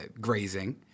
grazing